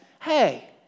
hey